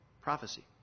prophecy